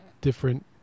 different